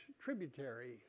tributary